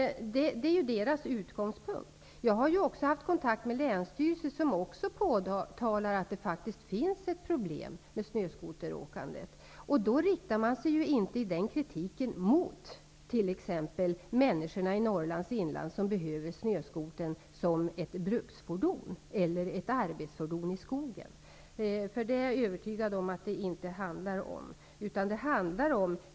Det är deras utgångspunkt. Jag har haft kontakt med länsstyrelsen som också påtalar att det faktiskt finns ett problem med snöskoteråkandet. Man riktar sig ju i den kritiken inte mot de människor i Norrlands inland som behöver snöskotern som bruksfordon eller arbetsfordon i skogen. Jag är övertygad om att det inte är det det handlar om.